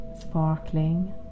sparkling